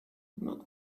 not